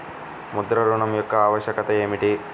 ముద్ర ఋణం యొక్క ఆవశ్యకత ఏమిటీ?